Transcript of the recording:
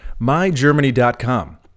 MyGermany.com